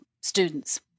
students